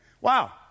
Wow